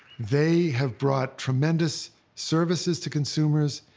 they have brought tremendous services to consumers,